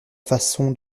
façon